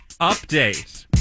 update